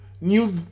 New